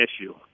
issue